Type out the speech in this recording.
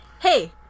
hey